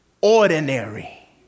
ordinary